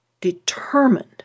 determined